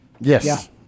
Yes